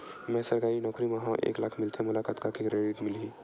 मैं सरकारी नौकरी मा हाव एक लाख मिलथे मोला कतका के क्रेडिट मिलही?